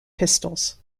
pistols